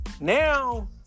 now